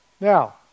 Now